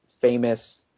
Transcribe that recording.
famous